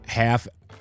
half-